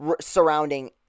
surrounding